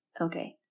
Okay